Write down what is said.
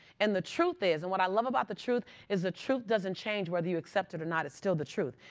and the truth is and what i love about the truth is the truth doesn't change whether you accept it or not. it's still the truth.